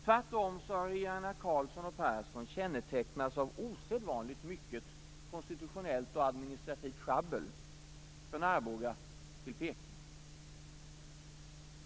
Tvärtom har regeringarna Carlsson och Persson kännetecknats av osedvanligt mycket konstitutionellt och administrativt sjabbel, från Arboga till Peking.